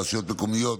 הרשויות מקומיות,